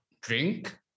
drink